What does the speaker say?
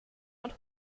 mit